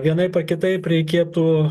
vienaip ar kitaip reikėtų